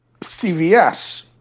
CVS